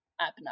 Abner